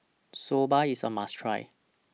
Soba IS A must Try